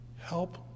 Help